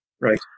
Right